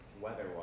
weather-wise